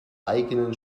eigenen